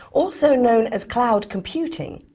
also known as cloud computing,